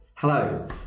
hello